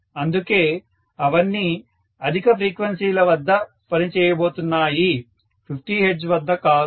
అందుకే అవన్నీ అధిక ఫ్రీక్వెన్సీల వద్ద పని చేయబోతున్నాయి 50 హెర్ట్జ్ వద్ద కాదు